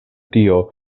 tio